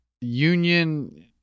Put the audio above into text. union